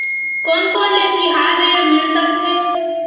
कोन कोन ले तिहार ऋण मिल सकथे?